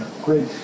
Great